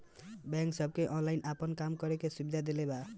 bank सबके online आपन काम करे के सुविधा देले बा